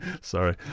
Sorry